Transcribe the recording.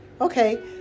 Okay